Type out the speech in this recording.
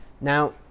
Now